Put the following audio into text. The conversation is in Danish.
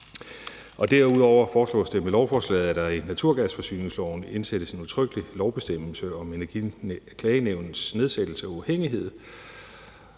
Derudover foreslås det med lovforslaget, at der i naturgasforsyningsloven indsættes en udtrykkelig lovbestemmelse om Energiklagenævnets nedsættelse og uafhængighed.